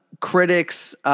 critics –